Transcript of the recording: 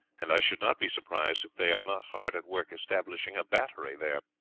and i should not be surprised if they are not hard at work establishing a battery there.